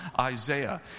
Isaiah